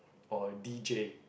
or D_J